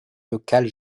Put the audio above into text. locale